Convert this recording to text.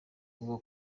kuva